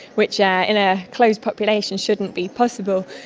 which yeah in a closed population shouldn't be possible.